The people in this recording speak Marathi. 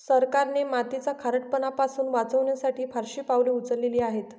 सरकारने मातीचा खारटपणा पासून वाचवण्यासाठी फारशी पावले उचलली आहेत